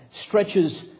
stretches